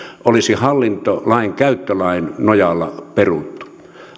olisi hallintolainkäyttölain nojalla peruttu